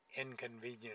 inconvenient